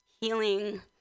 healing